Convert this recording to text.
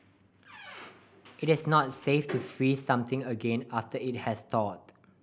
it is not safe to freeze something again after it has thawed